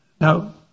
Now